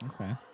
Okay